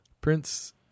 Prince